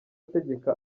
ategeka